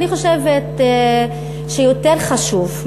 אני חושבת שיותר חשוב,